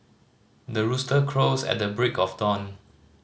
the rooster crows at the break of dawn